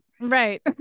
Right